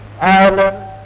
Ireland